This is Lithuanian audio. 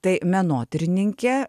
tai menotyrininkė